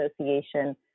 association